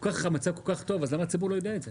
אם המצב כל כך טוב אז למה הציבור לא יודע את זה?